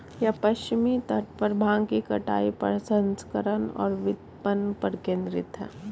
यह पश्चिमी तट पर भांग की कटाई, प्रसंस्करण और विपणन पर केंद्रित है